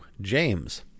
James